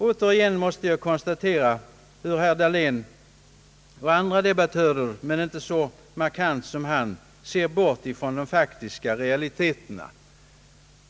Återigen måste jag konstatera hur herr Dahlén och andra debattörer, dock inte så markant som han, ser bort från de faktiska realiteterna.